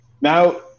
now